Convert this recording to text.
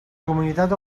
comunitat